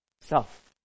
Self